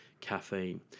caffeine